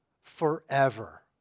forever